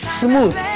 smooth